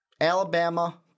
Alabama